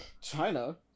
China